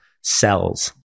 cells